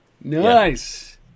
Nice